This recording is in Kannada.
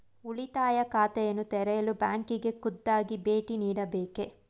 ಉಳಿತಾಯ ಖಾತೆಯನ್ನು ತೆರೆಯಲು ಬ್ಯಾಂಕಿಗೆ ಖುದ್ದಾಗಿ ಭೇಟಿ ನೀಡಬೇಕೇ?